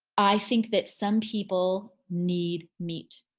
i think that some people need meat.